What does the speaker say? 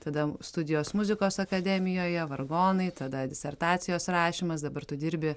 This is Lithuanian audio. tada studijos muzikos akademijoje vargonai tada disertacijos rašymas dabar tu dirbi